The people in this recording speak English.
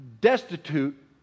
destitute